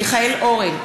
מיכאל אורן,